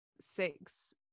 six